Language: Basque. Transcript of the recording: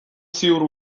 ziur